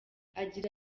agira